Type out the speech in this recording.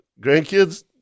grandkids